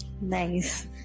Nice